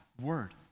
word